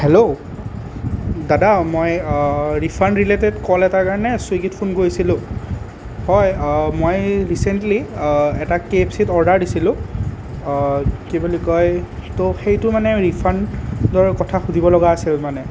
hello দাদা মই refund related call এটাৰ কাৰণে চুইগিত ফোন কৰিছিলোঁ হয় মই ৰিচেণ্টলি এটা কেএফচিত অৰ্ডাৰ দিছিলোঁ কি বুলি কয় তো সেইটো মানে ৰিফাণ্ড ফুডৰ কথা সুধিবলগা আছিল মানে